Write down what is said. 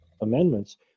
amendments